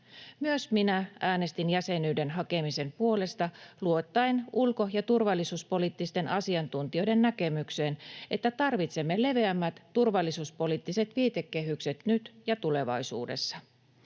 Myös minä äänestin jäsenyyden hakemisen puolesta luottaen ulko- ja turvallisuuspoliittisten asiantuntijoiden näkemykseen, että tarvitsemme leveämmät turvallisuuspoliittiset viitekehykset nyt ja tulevaisuudessa.